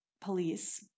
police